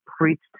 preached